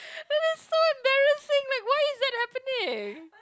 but it's so embarrassing like why is that happening